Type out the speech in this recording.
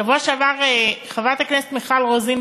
בשבוע שעבר חברת הכנסת מיכל רוזין